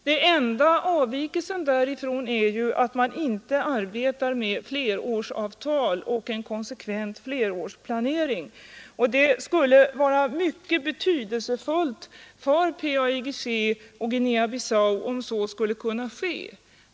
Den enda avvikelsen därifrån är att man inte arbetar med flerårsavtal och en konsekvent flerårsplanering. Det skulle vara mycket betydelsefullt för PAIGC och Guinea-Bissau om så skulle kunna ske.